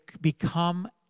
become